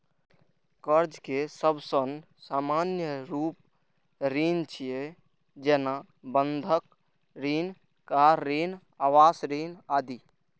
कर्ज के सबसं सामान्य रूप ऋण छियै, जेना बंधक ऋण, कार ऋण, आवास ऋण आदि